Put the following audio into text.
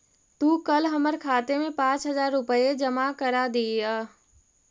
तू कल हमर खाते में पाँच हजार रुपए जमा करा दियह